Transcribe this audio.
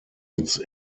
its